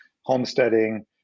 homesteading